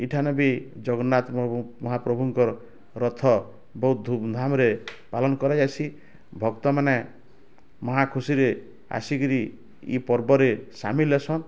ଇଠାନେ ବି ଜଗନ୍ନାଥ୍ ମହାପ୍ରଭୁଙ୍କର୍ ରଥ ବହୁତ୍ ଧୁମ୍ଧାମ୍ରେ ପାଳନ୍ କରାଯାସି ଭକ୍ତମାନେ ମହା ଖୁସିରେ ଆସିକିରି ଇ ପର୍ବରେ ସାମିଲ୍ ହେସନ୍